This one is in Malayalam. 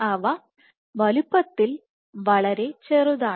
അവ വലിപ്പത്തിൽ വളരെ ചെറുതാണ്